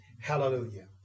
Hallelujah